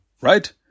right